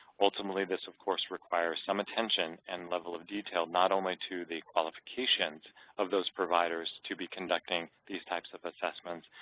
ultimately, this of course requires some attention and level of detail, not only to the qualifications of those providers to be conducting these types of assessments,